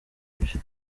byo